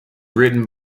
written